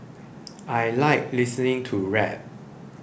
I like listening to rap